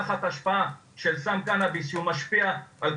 תחת השפעה של סם הקנאביס שהוא משפיע לפי